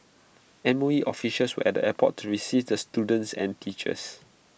M O E officials were at the airport to receive the students and teachers